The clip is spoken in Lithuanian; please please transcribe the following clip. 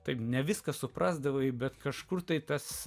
taip ne viską suprasdavau bet kažkur tai tas